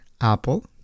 apple